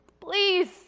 please